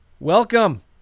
Welcome